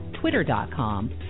twitter.com